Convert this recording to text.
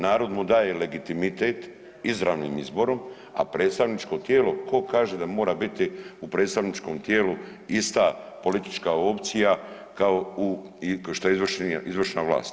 Narod mu daje legitimitet izravnim izborom, a predstavničko tijelo tko kaže da mora biti u predstavničkom tijelu ista politička opcija kao što je izvršna vlast.